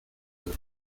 del